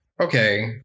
okay